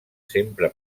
sempre